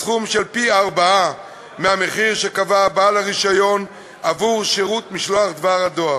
בסכום של פי-ארבעה מהמחיר שקבע בעל הרישיון עבור שירות משלוח דבר הדואר,